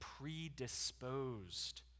predisposed